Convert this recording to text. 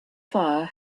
fire